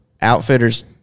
outfitters –